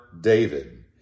David